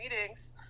meetings